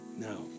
No